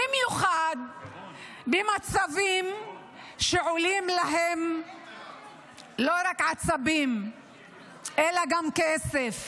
במיוחד במצבים שעולים להם לא רק עצבים אלא גם כסף,